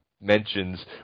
mentions